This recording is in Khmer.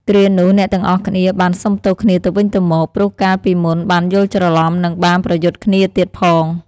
គ្រានោះ អ្នកទាំងអស់គ្នាបានសុំទោសគ្នាទៅវិញទៅមក ព្រោះកាលពីមុនបានយល់ច្រឡំ នឹងបានប្រយុទ្ធគ្នាទៀតផង។